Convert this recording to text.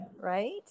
right